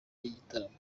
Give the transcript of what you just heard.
gitaramo